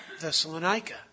Thessalonica